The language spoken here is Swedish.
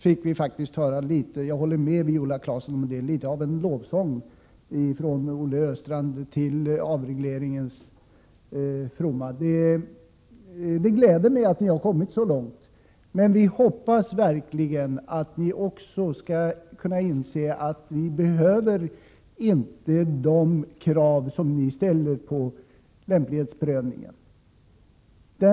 Jag håller med Viola Claesson om att vi nu fick höra litet av en lovsång till avregleringens fromma. Det gläder mig att socialdemokraterna har kommit så långt. Vi hoppas dock verkligen att ni också skall kunna inse att man inte behöver de krav som ställs på lämplighetsprövningen.